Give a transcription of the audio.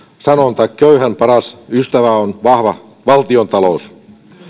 sanonta oli köyhän paras ystävä on vahva valtiontalous